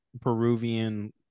Peruvian